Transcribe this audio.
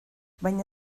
baina